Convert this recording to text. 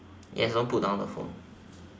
yes don't put down the phone